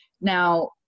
now